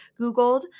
Googled